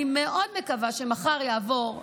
אני מאוד מקווה, שמחר יעבור בשלום.